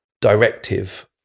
directive